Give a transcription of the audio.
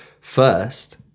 First